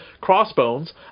Crossbones